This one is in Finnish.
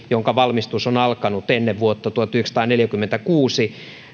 jonka valmistus on alkanut ennen vuotta tuhatyhdeksänsataaneljäkymmentäkuusi